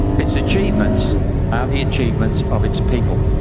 its achievements are the achievements of its people,